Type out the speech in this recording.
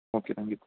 okay thank you